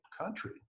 country